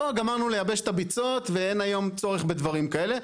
לא גמרנו לייבש את הביצות ואין היום צורך בדברים כאלה.